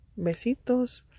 Besitos